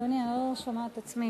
אדוני, אני לא שומעת את עצמי.